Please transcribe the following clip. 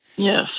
Yes